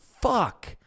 Fuck